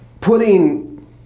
putting